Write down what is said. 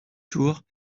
tours